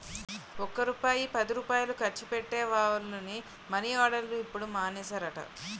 ఒక్క రూపాయి పదిరూపాయలు ఖర్చు పెట్టే వోళ్లని మని ఆర్డర్లు ఇప్పుడు మానేసారట